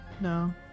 No